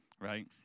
right